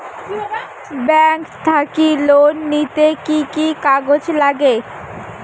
Bank থাকি loan নিতে কি কি কাগজ নাগে?